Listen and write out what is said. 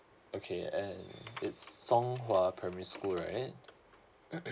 okay and it's song hwa primary school right